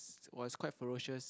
was quite ferocious